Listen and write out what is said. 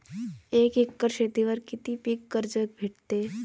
एक एकर शेतीवर किती पीक कर्ज भेटते?